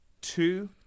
two